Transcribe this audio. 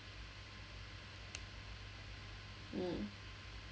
mm